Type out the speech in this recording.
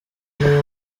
bumwe